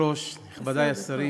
הכנסת,